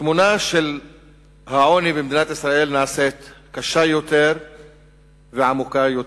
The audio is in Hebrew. התמונה של העוני במדינת ישראל נעשית קשה יותר ועמוקה יותר.